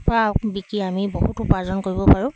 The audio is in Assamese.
পৰা বিকি আমি বহুত উপাৰ্জন কৰিব পাৰোঁ